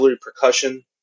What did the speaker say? percussion